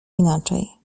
inaczej